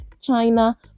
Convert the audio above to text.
china